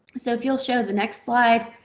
so if you'll show the next slide.